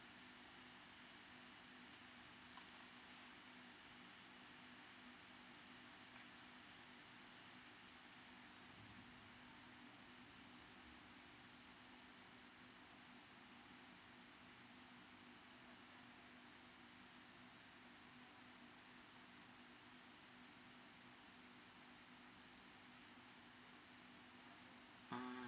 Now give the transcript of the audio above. um